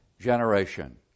generation